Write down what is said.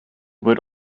would